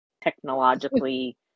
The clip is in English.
technologically